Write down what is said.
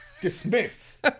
dismiss